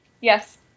Yes